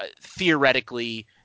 theoretically